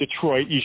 Detroit